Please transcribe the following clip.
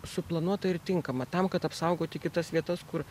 suplanuota ir tinkama tam kad apsaugoti kitas vietas kur